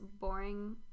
boring